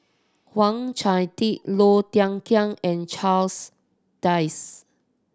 Wang Chunde Low Thia Khiang and Charles Dyce